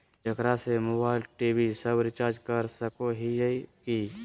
एकरा से mobile TV सब रिचार्ज कर सको हियै की?